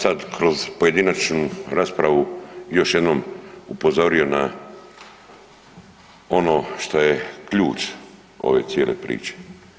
Ja bi sad kroz pojedinačnu raspravu još jednom upozorio na ono što je ključ ove cijele priče.